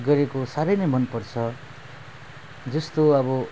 गरेको साह्रै नै मनपर्छ जस्तो अब